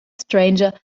stranger